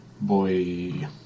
boy